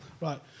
Right